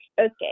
okay